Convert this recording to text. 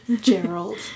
Gerald